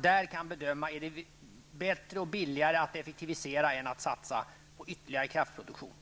Där kan man bedöma om det är bättre och billigare att effektivisera än att satsa på ytterligare kraftproduktion.